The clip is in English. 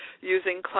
using